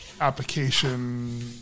application